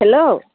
hello